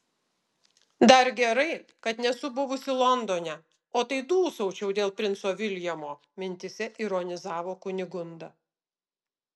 dar gerai kad nesu buvusi londone o tai dūsaučiau dėl princo viljamo mintyse ironizavo kunigunda